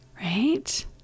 right